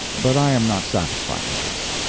but i am not satisfied with this.